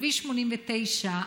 בכביש 89,